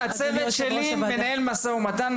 הצוות שלי מנהל משא ומתן.